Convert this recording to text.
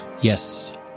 Yes